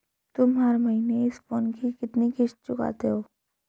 तुम हर महीने इस फोन की कितनी किश्त चुकाते हो?